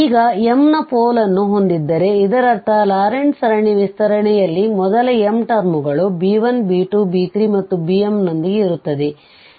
ಈಗ m ನ pole ನ್ನು ಹೊಂದಿದ್ದರೆ ಇದರರ್ಥ ಲಾರೆಂಟ್ ಸರಣಿಯ ವಿಸ್ತರಣೆಯಲ್ಲಿನ ಮೊದಲ m ಟರ್ಮ್ ಗಳು b1 b2 b3 ಮತ್ತು bm ನೊಂದಿಗೆ ಇರುತ್ತದೆ